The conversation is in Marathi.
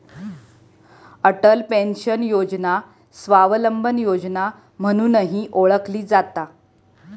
अटल पेन्शन योजना स्वावलंबन योजना म्हणूनही ओळखली जाता